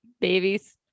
babies